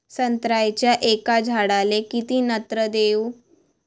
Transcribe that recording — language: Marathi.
संत्र्याच्या एका झाडाले किती नत्र देऊ?